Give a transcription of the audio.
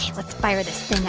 let's fire this